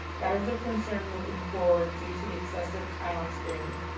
that is a concern moving forward due to the excessive time on screens,